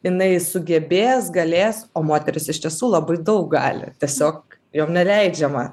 jinai sugebės galės o moterys iš tiesų labai daug gali tiesiog jom neleidžiama